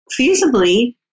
feasibly